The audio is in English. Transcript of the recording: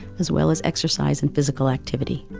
as well as exercise and physically activity.